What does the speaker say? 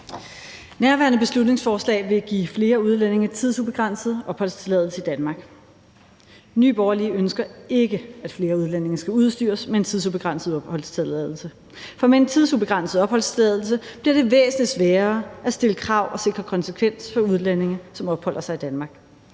Nærværende beslutningsforslag vil give flere udlændinge tidsubegrænset opholdstilladelse i Danmark. Nye Borgerlige ønsker ikke, at flere udlændinge skal udstyres med en tidsubegrænset opholdstilladelse. For med en tidsubegrænset opholdstilladelse bliver det væsentlig sværere at stille krav og sikre konsekvens for udlændinge, som opholder sig i Danmark,